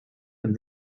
and